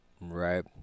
Right